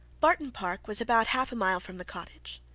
barton park was about half a mile from the cottage.